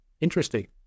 Interesting